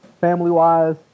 family-wise